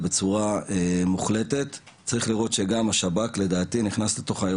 זאת אומרת כל תיק היום שהוא התיק של הברחה